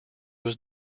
was